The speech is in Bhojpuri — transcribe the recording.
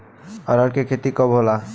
अरहर के खेती कब होला?